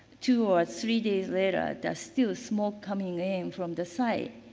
two or three days later, there's still smoke coming in from the site.